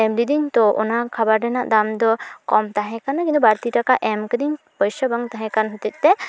ᱮᱢ ᱞᱤᱫᱟᱹᱧ ᱛᱚ ᱚᱱᱟ ᱠᱷᱟᱵᱟᱨ ᱨᱮᱱᱟᱜ ᱫᱟᱢᱫᱚ ᱠᱚᱢ ᱛᱟᱦᱮᱸ ᱠᱟᱱᱟ ᱠᱤᱱᱛᱩ ᱵᱟᱹᱲᱛᱤ ᱴᱟᱠᱟ ᱮᱢ ᱠᱤᱫᱟᱹᱧ ᱯᱚᱭᱥᱟ ᱵᱟᱝ ᱛᱟᱦᱮᱸᱠᱟᱱ ᱦᱚᱛᱮᱛᱮ